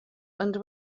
and